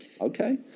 Okay